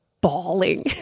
bawling